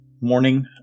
morning